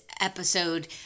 episode